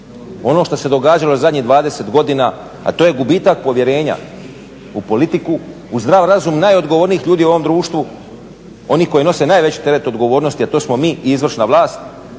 ono što se događalo zadnjih 20 godina, a to je gubitak povjerenja u politiku, u zdrav razum najodgovornijih ljudi u ovom društvu, onih koji nose najveći teret odgovornosti a to smo mi i izvršna vlast.